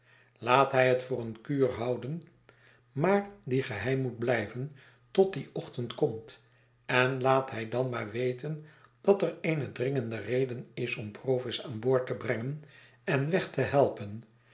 zeggen laathij het voor eene kuur houden maar die geheim moet blijven tot die ochtend komt en laat hij dan maar weten dat er eene dringende reden is om provis aan boord te brengen en weg te helpen